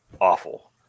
awful